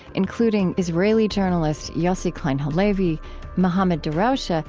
including israeli journalist yossi klein halevi mohammad darawshe, ah